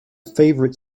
favorite